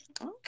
Okay